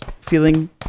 feeling